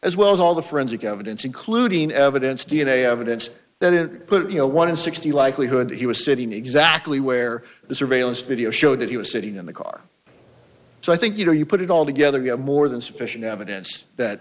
as well as all the forensic evidence including evidence d n a evidence that it could be a one in sixty likelihood that he was sitting exactly where the surveillance video showed that he was sitting in the car so i think you know you put it all together you have more than sufficient evidence that